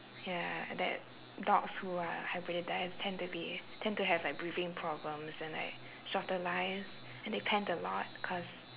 ya that dogs who are hybridise tend to be tend to have like breathing problems and like shorter lives and they pant a lot cause